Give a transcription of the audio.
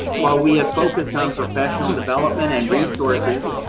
while we have focused on professional development and resources,